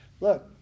Look